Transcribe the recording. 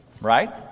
right